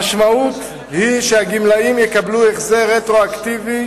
המשמעות היא שהגמלאים יקבלו החזר רטרואקטיבי